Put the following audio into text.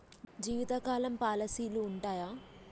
జీవితకాలం పాలసీలు ఉంటయా?